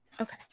Okay